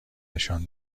نشان